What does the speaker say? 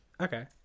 Okay